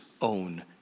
own